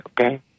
okay